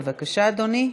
בבקשה אדוני.